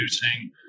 producing